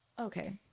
Okay